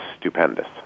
stupendous